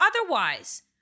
otherwise